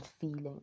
feeling